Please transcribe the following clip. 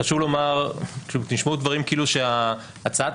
חשוב לומר נשמעו דברים כאילו שהצעת,